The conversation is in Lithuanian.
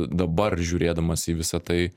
dabar žiūrėdamas į visa tai